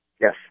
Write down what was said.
Yes